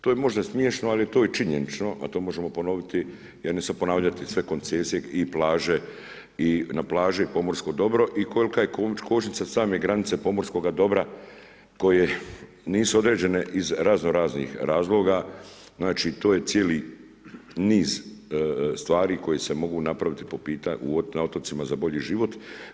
To je možda smiješno, ali to je činjenično, a to možemo ponoviti, ponavljati sve koncesije i plaže i na plaži je pomorsko dobro i kolika je kočnica od same granice pomorskoga dobra koje nisu određene iz raznoraznih razloga, znači to je cijeli niz stvari koje se mogu napraviti na otocima za bolji život.